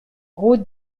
route